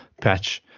patch